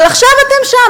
אבל עכשיו אתם שם,